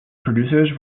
producers